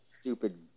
stupid